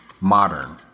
modern